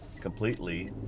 completely